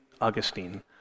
Augustine